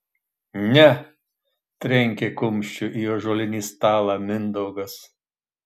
ne trenkė kumščiu į ąžuolinį stalą mindaugas